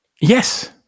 Yes